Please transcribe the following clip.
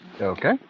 Okay